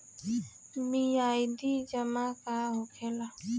मियादी जमा का होखेला?